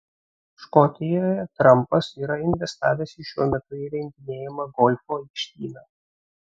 škotijoje trampas yra investavęs į šiuo metu įrenginėjamą golfo aikštyną